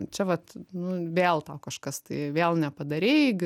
čia vat nu vėl tau kažkas tai vėl nepadarei